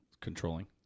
controlling